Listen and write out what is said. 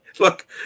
Look